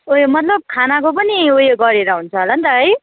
उयो मतलब खानाको पनि उयो गरेर हुन्छ होला नि त है